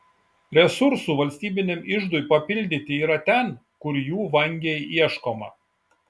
resursų valstybiniam iždui papildyti yra ten kur jų vangiai ieškoma